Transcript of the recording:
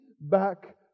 back